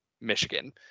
Michigan